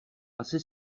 asi